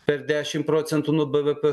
per dešim procentų nuo bvp